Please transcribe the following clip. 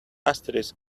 asterisk